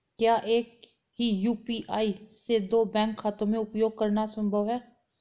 क्या एक ही यू.पी.आई से दो बैंक खातों का उपयोग करना संभव है?